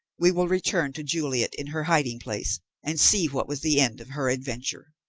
we will return to juliet in her hiding-place and see what was the end of her adventure.